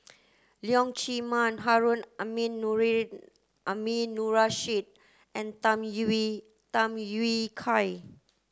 Leong Chee Mun Harun Aminurrashid and Tham Yui Tham Yui Kai